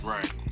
Right